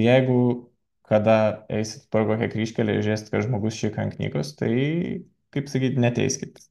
jeigu kada eisit pro kokią kryžkelę ir žiūrėsit kad žmogus šika ant knygos tai kaip sakyt neteiskit